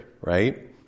right